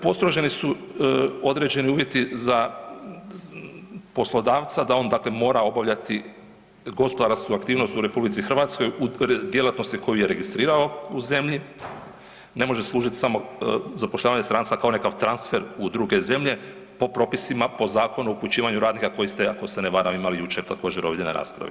Postroženi su određeni uvjeti za poslodavca da on dakle mora obavljati gospodarsku aktivnost u RH u djelatnosti koju je registrirao u zemlji, ne može služiti samo zapošljavanje stranca kao nekakav transfer u druge zemlje po propisima, po Zakonu o upućivanju radnika, koji ste ako se ne varam, imali jučer također ovdje na raspravi.